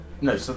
No